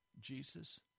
Jesus